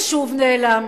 ושוב נעלם.